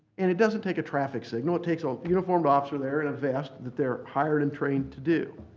and it doesn't take a traffic signal. it takes a uniformed officer there in a vest that they're hired and trained to do.